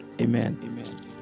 Amen